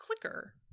clicker